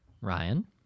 Ryan